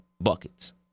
buckets